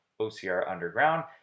OCRunderground